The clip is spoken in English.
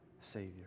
Savior